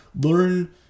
learn